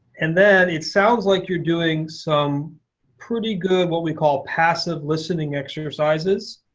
and then it sounds like you're doing some pretty good, what we call passive listening exercises.